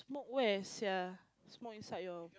smoke where sia smoke inside your